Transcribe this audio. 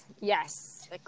Yes